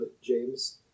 james